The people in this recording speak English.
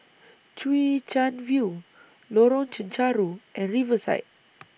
Chwee Chian View Lorong Chencharu and Riverside